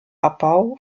abbau